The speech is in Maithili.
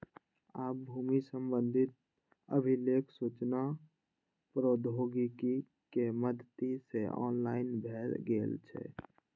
आब भूमि संबंधी अभिलेख सूचना प्रौद्योगिकी के मदति सं ऑनलाइन भए गेल छै